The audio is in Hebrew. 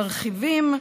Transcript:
מרחיבים,